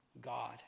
God